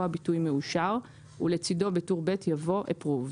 הביטוי "מאושר" ולצדו בטור ב' יבוא Approved"".